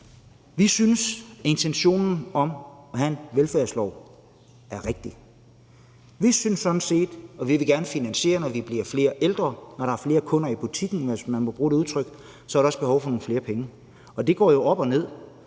Vi synes, at intentionen om at have en velfærdslov er rigtig. Vi synes sådan set – og vi vil gerne finansiere det, når vi bliver flere ældre, når der er flere kunder i butikken, hvis man må bruge det udtryk – at der også er behov for nogle flere penge. Det går jo op og ned.